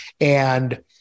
And-